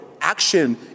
action